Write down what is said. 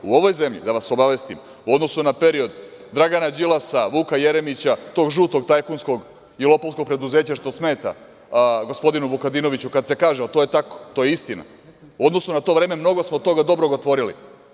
U ovoj zemlji, da vas obavestim, u odnosu na period Dragana Đilasa, Vuka Jeremića, tog žutog tajkunskog i lopovskog preduzeća, što smeta gospodinu Vukadinoviću kada se kaže, ali to je tako, to je istina, u odnosu na to vreme mnogo smo toga dobrog otvorili.